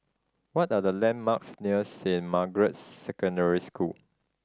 what are the landmarks near Saint Margaret's Secondary School